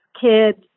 kids